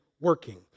working